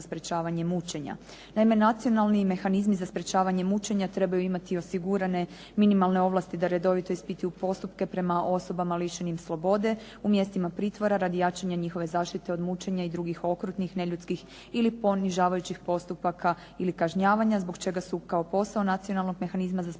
Naime, nacionalni mehanizam za sprečavanje mučenja trebaju imati osigurane minimalne ovlasti da redovito ispituju postupke prema osobama lišenih slobode, u mjestima pritvora, ... njihove zaštite od mučenja i drugih neljudskih ili ponižavajućih postupaka ili kažnjavanja zbog čega su kao posao nacionalnog mehanizma za sprečavanje mučena